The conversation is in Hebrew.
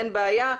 אין בעיה,